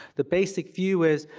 the basic view is,